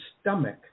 stomach